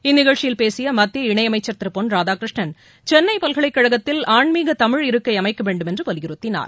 இந்நிகழ்ச்சியில் பேசிய மத்திய இணை அமைச்சர் திரு பொன் ராதாகிருஷ்ணன் சென்னை பல்கலைக்கழகத்தில் ஆன்மீக தமிழ் இருக்கை அமைக்க வேண்டுமென்று வலியுறுத்தினார்